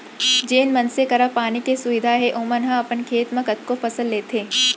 जेन मनसे करा पानी के सुबिधा हे ओमन ह अपन खेत म कतको फसल लेथें